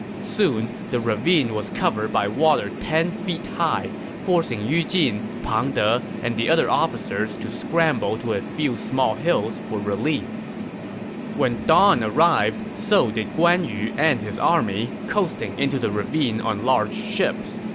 soon, the ravine was covered by water ten feet high, forcing yu jin, pang de, and the other officers to scramble to a few small hills for relief when dawn arrived, so did guan yu and his army, coasting into the ravine on large ships.